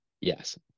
Yes